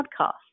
podcast